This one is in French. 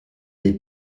des